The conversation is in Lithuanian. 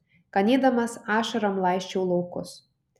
ganydamas ašarom laisčiau laukus